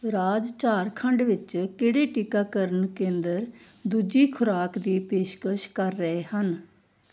ਰਾਜ ਝਾਰਖੰਡ ਵਿੱਚ ਕਿਹੜੇ ਟੀਕਾਕਰਨ ਕੇਂਦਰ ਦੂਜੀ ਖੁਰਾਕ ਦੀ ਪੇਸ਼ਕਸ਼ ਕਰ ਰਹੇ ਹਨ